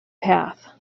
path